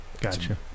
Gotcha